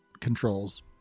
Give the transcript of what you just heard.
controls